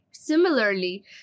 similarly